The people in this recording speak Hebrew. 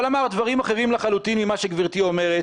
אבל הוא אמר דברים אחרים לחלוטין ממה שגברתי אומרת.